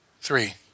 Three